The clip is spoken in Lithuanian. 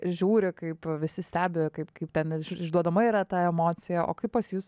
žiūri kaip visi stebi kaip kaip ten išduodama yra ta emocija o kaip pas jus